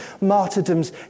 martyrdoms